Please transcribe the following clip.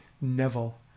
Neville